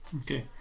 Okay